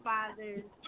Father's